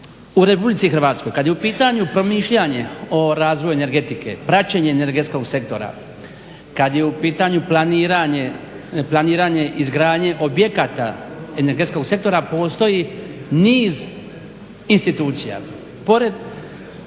u RH kada je u pitanju promišljanje o razvoju energetike, praćenje energetskog sektora, kada je u pitanju planiranje izgradnje objekata energetskog sektora postoji niz institucija